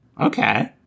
Okay